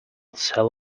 sell